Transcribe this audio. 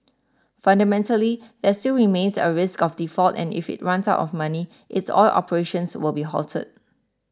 fundamentally there still remains a risk of default and if it runs out of money its oil operations will be halted